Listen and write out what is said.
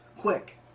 quick